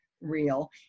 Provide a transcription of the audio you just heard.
real